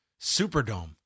Superdome